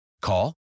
Call